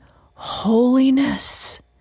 holiness